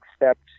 accept